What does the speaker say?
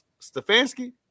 Stefanski